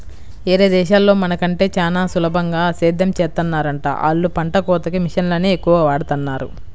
యేరే దేశాల్లో మన కంటే చానా సులభంగా సేద్దెం చేత్తన్నారంట, ఆళ్ళు పంట కోతకి మిషన్లనే ఎక్కువగా వాడతన్నారు